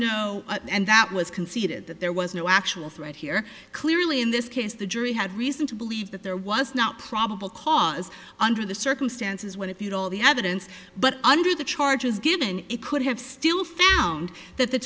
no and that was conceded that there was no actual threat here clearly in this case the jury had reason to believe that there was not probable cause under the circumstances when if you'd all the evidence but under the charges given it could have still found that the